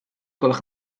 gwelwch